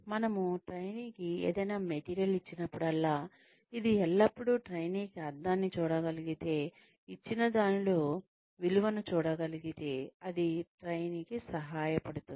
మనము ట్రైనీకి ఏదైనా మెటీరియల్ ఇచ్చినప్పుడల్లా ఇది ఎల్లప్పుడూ ట్రైనీ అర్ధాన్ని చూడగలిగితే ఇచ్చినదానిలో విలువను చూడగలితే అది ట్రైనీకి సహాయపడుతుంది